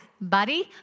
buddy